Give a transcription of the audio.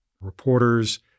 Reporters